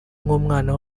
nk’umwana